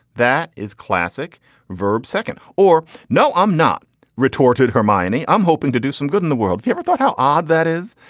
that is classic verb second or no i'm not retorted her mining. i'm hoping to do some good in the world if you ever thought how odd that is.